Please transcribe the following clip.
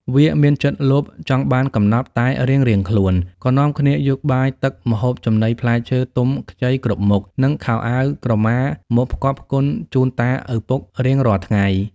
វាមានចិត្តលោភចង់បានកំណប់ តែរៀងៗខ្លួន ក៏នាំគ្នាយកបាយទឹកម្ហូបចំណីផ្លែឈើទុំខ្ចីគ្រប់មុខ និងខោអាវក្រមាមកផ្គាប់ផ្គុនជូនតាឪពុករៀងរាល់ថ្ងៃ។